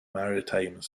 maritime